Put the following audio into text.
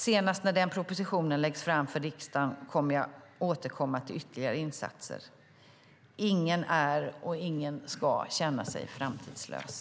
Senast när den propositionen läggs fram för riksdagen kommer jag att återkomma till ytterligare insatser. Ingen är och ingen ska känna sig framtidslös.